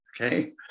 okay